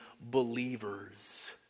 believers